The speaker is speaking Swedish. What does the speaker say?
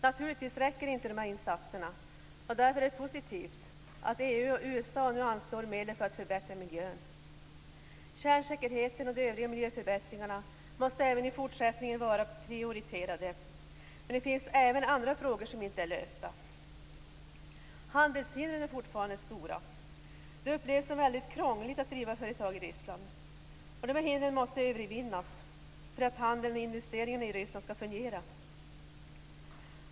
Naturligtvis räcker inte dessa insatser, och därför är det positivt att EU och USA nu anslår medel för att förbättra miljön. Kärnsäkerheten och de övriga miljöförbättringarna måste även i fortsättningen vara prioriterade, men det finns även andra frågor som inte är lösta. Handelshindren är fortfarande stora. Det upplevs som väldigt krångligt att driva företag i Ryssland. Dessa hinder måste övervinnas för att handeln och investeringarna i Ryssland skall fungera.